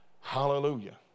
Hallelujah